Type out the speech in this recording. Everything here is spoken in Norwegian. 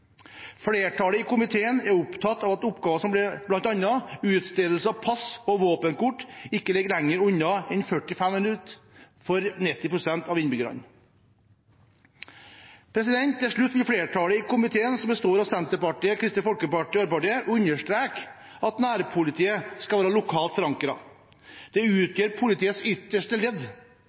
Flertallet i komiteen er opptatt av at oppgaver som bl.a. utstedelse av pass og våpenkort ikke ligger lenger unna enn 45 minutter for minst 90 pst. av innbyggerne. Til slutt vil flertallet i komiteen, som består av Senterpartiet, Kristelig Folkeparti og Arbeiderpartiet, understreke at nærpolitiet skal være lokalt forankret. Det utgjør politiets ytterste ledd.